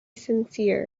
sincere